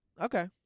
Okay